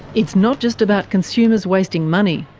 it's not just about consumers wasting money.